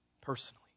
personally